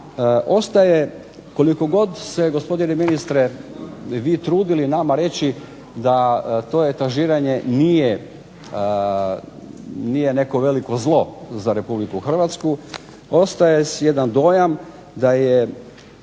ostaje koliko god se gospodine ministre vi trudili nama reći da to etažiranje nije neko veliko zlo za RH, ostaje jedan dojam da je